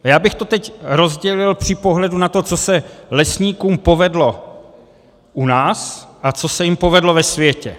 Teď bych to rozdělil při pohledu na to, co se lesníkům povedlo u nás a co se jim povedlo ve světě.